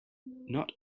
not